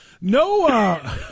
no